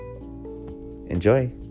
Enjoy